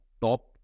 top